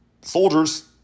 soldiers